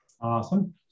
Awesome